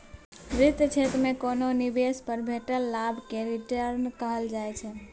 बित्तीय क्षेत्र मे कोनो निबेश पर भेटल लाभ केँ रिटर्न कहल जाइ छै